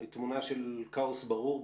תמונה של כאוס ברור,